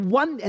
one